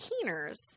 Keeners